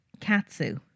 katsu